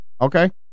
Okay